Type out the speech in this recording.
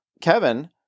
Kevin